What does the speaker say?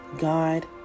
God